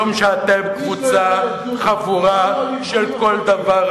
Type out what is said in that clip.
משום שאתם קבוצה, חבורה, של כל דבר.